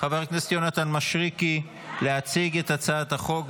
חבר הכנסת יונתן מישרקי להציג את הצעת החוק.